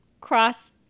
cross